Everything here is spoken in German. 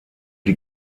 die